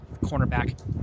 cornerback